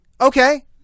Okay